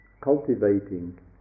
cultivating